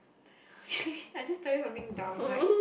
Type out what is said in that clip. I just tell you something dumb like